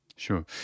Sure